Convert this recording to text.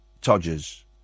Todgers